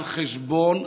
על חשבון,